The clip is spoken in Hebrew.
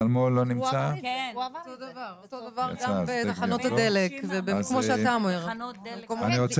אותו דבר זה גם בתחנות הדלק ובמקומות רבים אחרים.